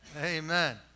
Amen